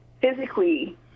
physically